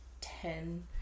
ten